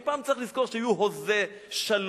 ופעם צריך לזכור שהיו הוזי שלום,